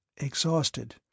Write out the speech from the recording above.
exhausted